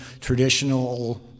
traditional